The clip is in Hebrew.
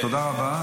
תודה רבה.